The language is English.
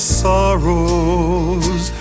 sorrows